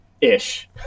ish